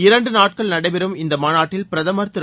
இரண்டு நாட்கள் நடைபெறும் இந்த மாநாட்டில் பிரதமர் திரு